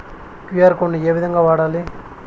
QR code ను ఏ విధంగా వాడాలి?